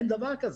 אין דבר כזה.